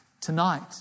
Tonight